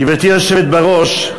גברתי היושבת בראש,